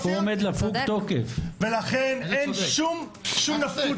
לכן אין שום נפקות